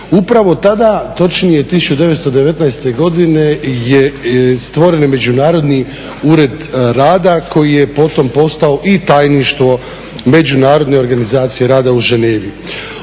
Upravo tada, točnije 1919. godine je stvoreni Međunarodni ured rada koji je potom postao i tajništvo Međunarodne organizacije rada u Ženevi.